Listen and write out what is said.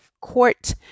court